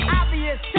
obvious